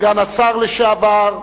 סגן השר לשעבר,